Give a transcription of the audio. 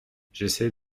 j’essaie